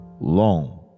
long